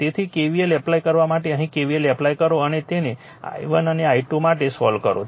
તેથી KVL apply કરવા માટે અહીં KVL એપ્લાય કરો અને તેને i1 અને i2 માટે સોલ્વ કરો